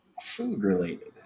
Food-related